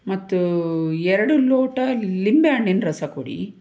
ಮತ್ತು ಎರಡು ಲೋಟ ಲಿಂಬೆ ಹಣ್ಣಿನ ರಸ ಕೊಡಿ